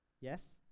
Yes